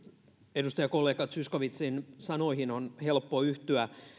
edustajakollega zyskowiczin sanoihin on helppo yhtyä